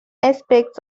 aspects